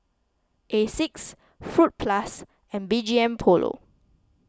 Asics Fruit Plus and B G M Polo